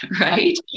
right